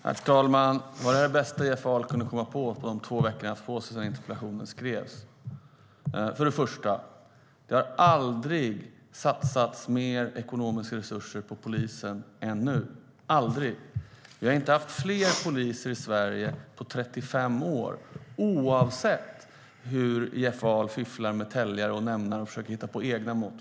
Herr talman! Var det här det bästa Jeff Ahl kunde komma på under de två veckor som han har haft på sig sedan interpellationen skrevs? Det har aldrig satsats mer ekonomiska resurser på polisen än nu - aldrig. Vi har inte haft fler poliser i Sverige på 35 år, oavsett hur Jeff Ahl fifflar med täljare och nämnare och försöker hitta på egna mått.